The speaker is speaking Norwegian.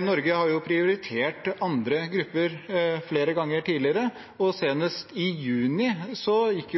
Norge har prioritert andre grupper flere ganger tidligere, og senest i juni gikk